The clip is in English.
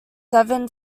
seven